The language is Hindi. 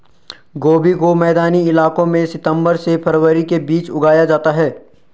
गोभी को मैदानी इलाकों में सितम्बर से फरवरी के बीच उगाया जाता है